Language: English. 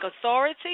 authority